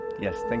yes